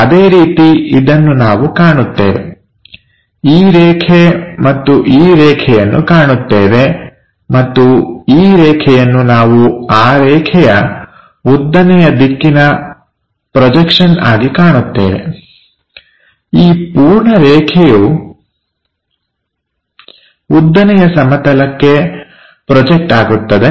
ಅದೇ ರೀತಿ ಇದನ್ನು ನಾವು ಕಾಣುತ್ತೇವೆ ಈ ರೇಖೆ ಮತ್ತು ಈ ರೇಖೆಯನ್ನು ಕಾಣುತ್ತೇವೆ ಮತ್ತು ಈ ರೇಖೆಯನ್ನು ನಾವು ಆ ರೇಖೆಯ ಉದ್ದನೆಯ ದಿಕ್ಕಿನ ಪ್ರೋಜಕ್ಷನ್ ಆಗಿ ಕಾಣುತ್ತೇವೆ ಈ ಪೂರ್ಣ ರೇಖೆಯು ಉದ್ದನೆಯ ಸಮತಲಕ್ಕೆ ಪ್ರೊಜೆಕ್ಟ್ ಆಗುತ್ತದೆ